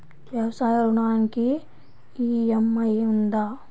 వ్యవసాయ ఋణానికి ఈ.ఎం.ఐ ఉందా?